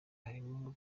harimo